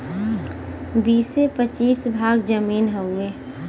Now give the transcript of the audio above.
बीसे पचीस भाग जमीन हउवे